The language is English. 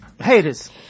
haters